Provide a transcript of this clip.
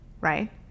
right